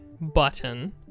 button